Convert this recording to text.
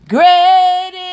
Great